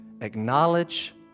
acknowledge